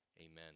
Amen